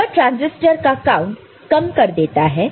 यह ट्रांजिस्टर का काउंट कम कर देता है